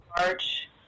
march